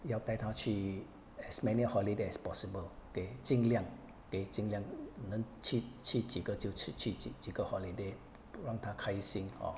要带她去 as many holiday as possible 给尽量给尽量能去去几个就去几个 holiday 让她开心 hor